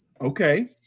Okay